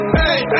hey